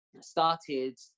started